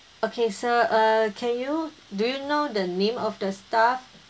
okay sir uh can you do you know the name of the staff